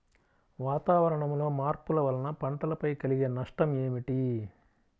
వాతావరణంలో మార్పుల వలన పంటలపై కలిగే నష్టం ఏమిటీ?